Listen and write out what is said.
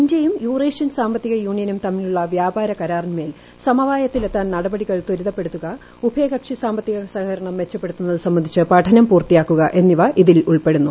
ഇന്ത്യയും യുറേഷ്യൻ സാമ്പത്തിക യൂണിയനും തമ്മിലുള്ള വ്യാപാര കരാറിന്മേൽ സമവായത്തിലെത്താൻ നടപടികൾ ത്വരിതപ്പെടുത്തുക ഉഭ്യകൃക്ഷി സാമ്പത്തിക സഹകരണം മെച്ചപ്പെടുത്തുന്നത് സംബന്ധിച്ച പഠനം പൂർത്തിയാക്കുക എന്നിവ ഇതിൽ ഉൾപ്പെടുന്നു